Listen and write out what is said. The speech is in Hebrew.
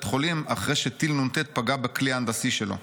החולים אחרי שטיל נ"ט פגע בכלי ההנדסי שלו.